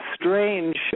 strange